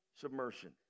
submersion